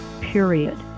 period